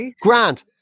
Grant